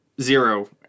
zero